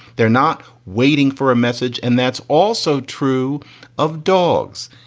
they're not waiting for a message. and that's also true of dogs.